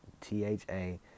T-H-A